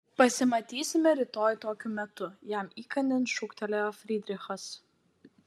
pasimatysime rytoj tokiu metu jam įkandin šūktelėjo frydrichas